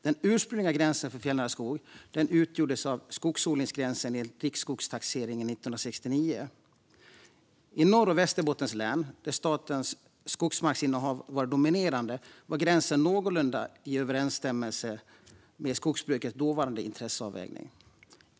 Den ursprungliga gränsen för fjällnära skog utgjordes av skogsodlingsgränsen enligt riksskogstaxeringen 1969. I Norr och Västerbottens län, där statens skogsmarksinnehav var dominerande, var gränsen i någorlunda överensstämmelse med skogsbrukets dåvarande intresseavvägning.